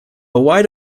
wide